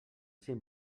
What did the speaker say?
cinc